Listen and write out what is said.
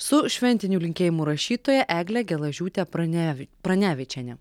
su šventinių linkėjimų rašytoja egle gelažiūte pranevi pranevičiene